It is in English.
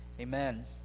Amen